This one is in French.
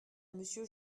monsieur